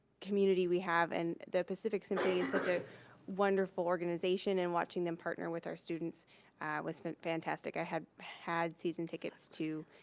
community we have and the pacific symphony is such a wonderful organization, and watching them partner with our students was fantastic. i have had season tickets to